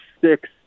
six